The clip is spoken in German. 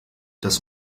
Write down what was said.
das